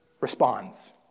responds